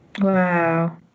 Wow